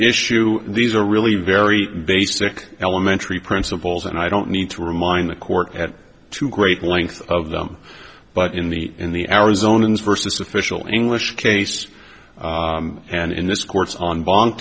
issue these are really very basic elementary principles and i don't need to remind the court to great length of them but in the in the arizona versus official english case and in this court's on bond